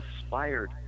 inspired